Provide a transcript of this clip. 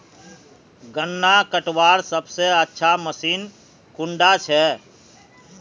गन्ना कटवार सबसे अच्छा मशीन कुन डा छे?